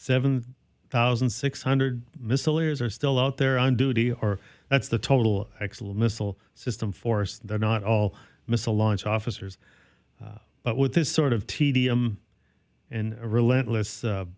seven thousand six hundred missileers are still out there on duty or that's the total excell missile system force they're not all missile launch officers but with this sort of tedium and relentless